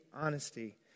honesty